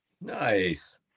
Nice